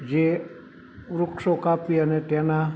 જે વૃક્ષો કાપી અને તેના